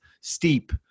Steep